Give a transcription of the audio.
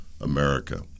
America